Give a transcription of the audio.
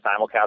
simulcast